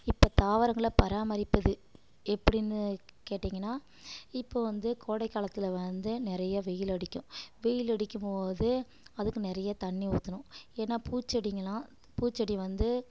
இப்போ தாவரங்களை பராமரிப்பது எப்படின்னு கேட்டிங்கன்னா இப்போ வந்து கோடை காலத்தில் வந்து நிறையா வெயிலடிக்கும் வெயிலடிக்கும்போது அதுக்கு நிறையா தண்ணி ஊற்றணும் ஏன்னா பூச்செடிங்களாம் பூச்செடி வந்து